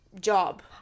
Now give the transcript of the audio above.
job